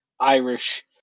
Irish